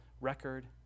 record